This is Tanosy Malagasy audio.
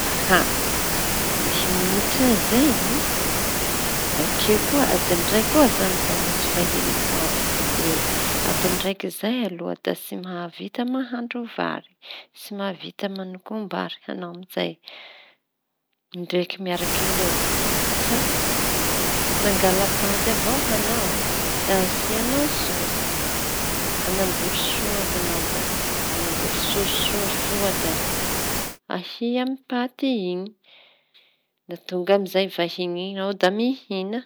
Dimy minitra zaiñy e! Bakeo koa adiñy iray koa misy vahiñy ho avy adin'ny raiky zay aloha zay aloha da tsy mahavita mahandro vary Tsy mahavita manokom-bary añao amizay miaraky laoky. Fa mangala paty avao añao e da asiañao lasôsy aoky manamboatry soa añao da manamboatry sôsy sôsy soa paty iñy tonga amizay vahiñy iñy ao da mihina.